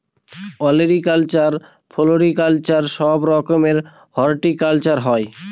olericulture, floriculture সব রকমের horticulture হয়